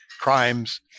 crimes